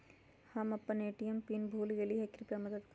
हम अपन ATM pin भूल गेली ह, कृपया मदत करू